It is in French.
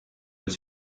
elle